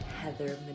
Heather